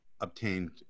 obtained